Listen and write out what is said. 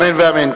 אמן ואמן.